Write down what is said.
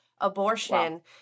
abortion